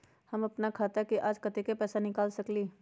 हम अपन खाता से आज कतेक पैसा निकाल सकेली?